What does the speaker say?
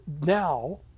Now